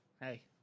Hey